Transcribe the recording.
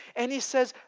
and he says,